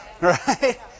Right